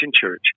Church